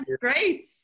Great